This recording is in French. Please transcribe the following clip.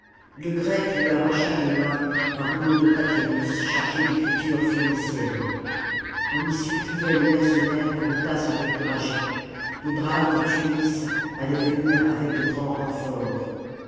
le grec lui arracha des mains un rouleau de papyrus chargé d'écritures phéniciennes on y supphait les mercenaires de ne pas se décourager les braves de tunis allaient venir avec de grands renforts